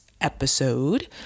episode